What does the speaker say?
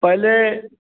पहले